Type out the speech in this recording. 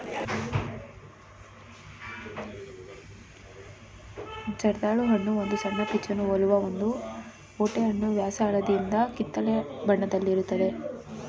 ಜರ್ದಾಳು ಹಣ್ಣು ಒಂದು ಸಣ್ಣ ಪೀಚನ್ನು ಹೋಲುವ ಒಂದು ಓಟೆಹಣ್ಣು ವ್ಯಾಸ ಹಳದಿಯಿಂದ ಕಿತ್ತಳೆ ಬಣ್ಣದಲ್ಲಿರ್ತದೆ